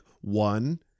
one